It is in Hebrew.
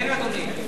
כן, אדוני.